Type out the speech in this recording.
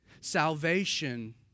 Salvation